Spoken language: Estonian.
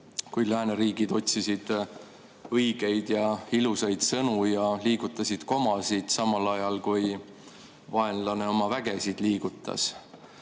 et lääneriigid otsisid õigeid ja ilusaid sõnu ja liigutasid komasid, samal ajal kui vaenlane oma vägesid liigutas.